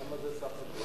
כמה זה סך הכול?